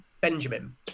Benjamin